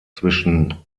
zwischen